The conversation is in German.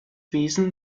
wesen